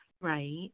Right